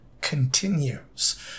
continues